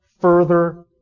further